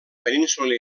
península